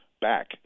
back